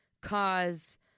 cause